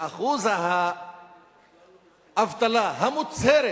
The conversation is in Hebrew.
שאחוז האבטלה המוצהרת,